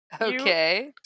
Okay